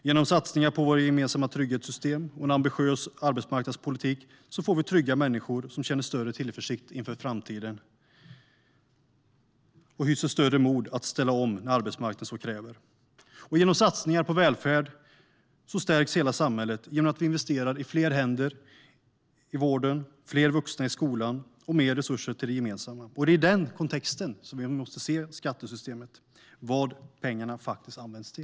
Genom satsningar på våra gemensamma trygghetssystem och en ambitiös arbetsmarknadspolitik får vi trygga människor som känner större tillförsikt inför framtiden och hyser större mod att ställa om när arbetsmarknaden kräver det. Genom satsningar på välfärd stärks hela samhället genom att vi investerar i fler händer i vården, fler vuxna i skolan och mer resurser till det gemensamma. Det är i den kontexten vi måste se skattesystemet, det vill säga vad pengarna faktiskt används till.